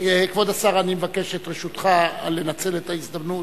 כבוד השר, אני מבקש את רשותך לנצל את ההזדמנות.